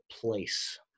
place